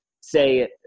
say